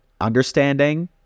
understanding